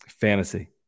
fantasy